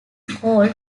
called